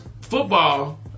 football